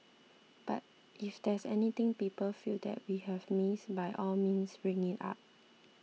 but if there's anything people feel that we have missed by all means bring it up